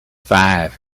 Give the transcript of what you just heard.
five